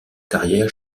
carrière